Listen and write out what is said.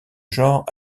genre